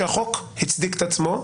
שהחוק הצדיק את עצמו.